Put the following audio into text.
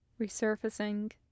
Resurfacing